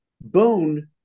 Bone